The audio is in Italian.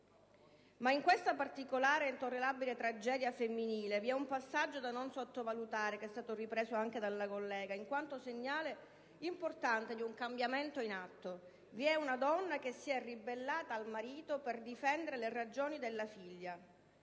In questa particolare e intollerabile tragedia femminile vi è, tuttavia, un passaggio da non sottovalutare - ripreso anche dalla senatrice Aderenti - in quanto segnale importante di un cambiamento in atto: vi è una donna che si è ribellata al marito per difendere le ragioni della figlia.